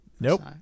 Nope